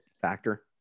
factor